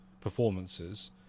performances